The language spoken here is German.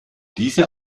diese